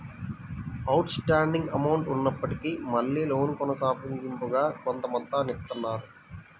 out standing amount ఉన్నప్పటికీ మళ్ళీ loan కొనసాగింపుగా కొంత మొత్తాన్ని ఇత్తన్నారు